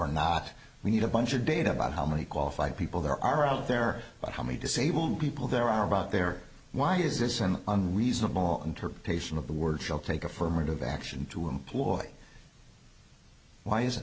not we need a bunch of data about how many qualified people there are out there but how many disabled people there are about there why is this an unreasonable interpretation of the word shall take affirmative action to employ why is it